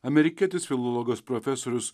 amerikietis filologijos profesorius